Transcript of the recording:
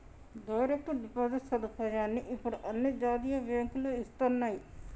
direct deposit సదుపాయాన్ని ఇప్పుడు అన్ని జాతీయ బ్యేంకులూ ఇస్తన్నయ్యి